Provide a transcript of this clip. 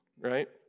right